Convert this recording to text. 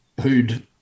who'd